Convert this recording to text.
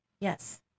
Yes